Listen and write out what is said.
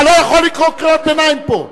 אתה לא יכול לקרוא קריאות ביניים פה.